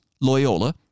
Loyola